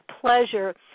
pleasure